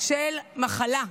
של מחלה.